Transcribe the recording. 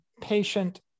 patient